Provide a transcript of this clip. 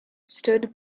stood